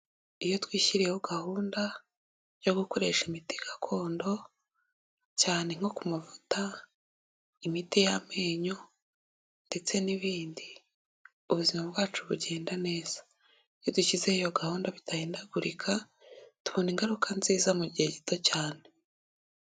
Iyo twishyiriyeho gahunda yo gukoresha imiti gakondo cyane nko ku mavuta, imiti y'amenyo ndetse n'ibindi ubuzima bwacu bugenda neza. Iyo dushyizeho iyo gahunda bidahindagurika, tubona ingaruka nziza mu gihe gito cyane.